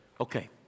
okay